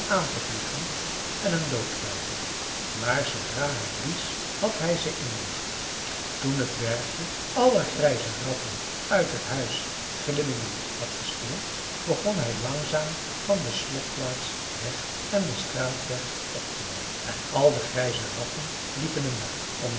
aan te vliegen en hem dood te bijten maar zoodra hij blies had hij ze in de macht toen het dwergje alle grijze ratten uit het huis glimmingen had gespeeld begon hij langzaam van de slotplaats weg en den straatweg op te loopen en al de grijze ratten liepen hem